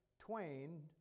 twain